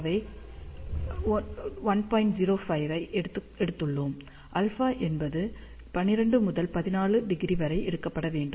05 ஐ எடுத்துள்ளோம் α என்பது 12 முதல் 14 டிகிரி வரை எடுக்கப்பட வேண்டும்